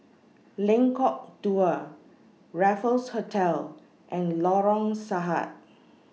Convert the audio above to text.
Lengkok Dua Raffles Hotel and Lorong Sahad